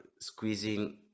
squeezing